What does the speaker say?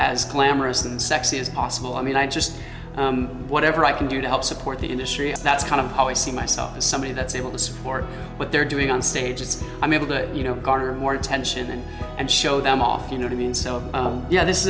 as glamorous and sexy as possible i mean i just whatever i can do to help support the industry and that's kind of how i see myself as somebody that's able to support what they're doing on stage is i'm able to you know garner more attention and show them off you know to me and so yeah this